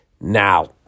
now